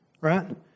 Right